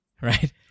Right